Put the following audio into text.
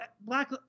black